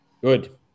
Good